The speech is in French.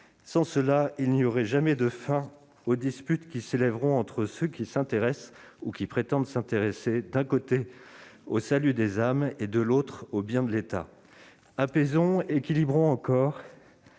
Sans cela, il n'y aura jamais de fin aux disputes qui s'élèveront entre ceux qui s'intéressent, ou qui prétendent s'intéresser, d'un côté au salut des âmes, et de l'autre au bien de l'État. » Apaisons, équilibrons encore